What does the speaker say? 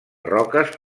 roques